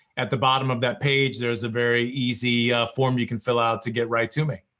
at the bottom of that page there's a very easy form you can fill out to get right to me.